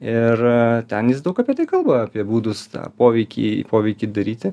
ir ten jis daug apie tai kalba apie būdus tą poveikį poveikį daryti